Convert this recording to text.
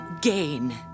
gain